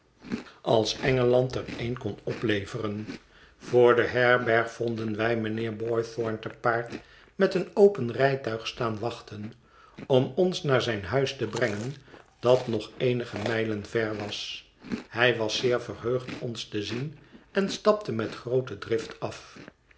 als engeland er een kon opleveren voor de herberg vonden wij mijnheer boythorn te paard met een open rijtuig staan wachten om ons naar zijn huis te brengen dat nog eenige mijlen ver was hij was zeer verheugd ons te zien en stapte neet groote drift af